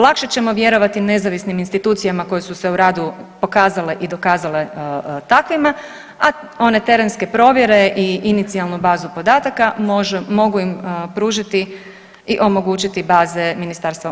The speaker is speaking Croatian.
Lakše ćemo vjerovati nezavisnim institucijama koje su se u radu pokazale i dokazale takvima, a one terenske provjere i inicijalnu bazu podataka mogu im pružiti i omogućiti baze MUP-a.